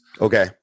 Okay